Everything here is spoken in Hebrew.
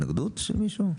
יש התנגדות למישהו?